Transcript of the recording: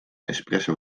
espresso